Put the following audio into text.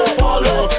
follow